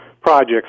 projects